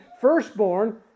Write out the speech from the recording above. firstborn